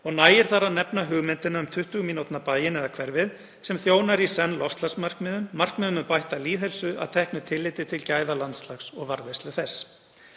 og nægir þar að nefna hugmyndina um 20 mínútna bæinn eða hverfið, sem þjónar í senn loftslagsmarkmiðum, markmiðum um bætta lýðheilsu að teknu tilliti til gæða landslags og varðveislu þess.